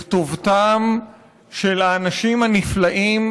לכתובתם של האנשים הנפלאים,